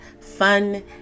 fun